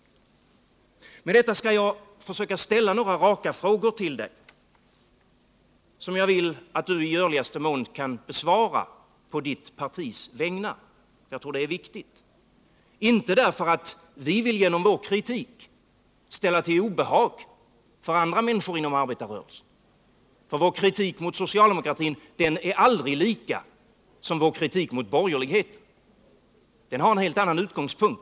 Efter det jag nu anfört skall jag försöka ställa några raka frågor till dig, Kjell-Olof Feldt, som jag hoppas att du i görligaste mån kan besvara på ditt partis vägnar. Jag tror det är viktigt, inte därför att vi genom vår kritik vill ställa till obehag för andra människor inom arbetarrörelsen, för vår kritik mot socialdemokratin är aldrig lika vår kritik mot borgerligheten. Den har en helt annan utgångspunkt.